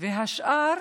והשאר